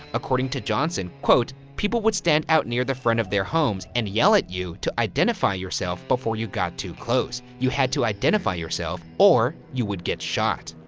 according to johnson, quote, people would stand out near the front of their homes and yell at you to identify yourself before you got too close. you had to identify yourself or you would get shot,